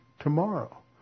tomorrow